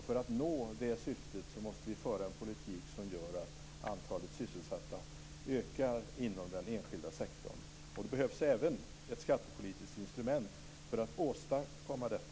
För att nå det syftet måste vi föra en politik som gör att antalet sysselsatta ökar inom den enskilda sektorn. Det behövs även ett skattepolitiskt instrument för att åstadkomma detta.